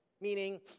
meaning